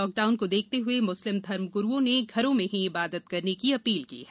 lockdown को देखते हुए मुस्लिम धर्मगुरुओं ने घरों में ही इबादत करने की अपील की है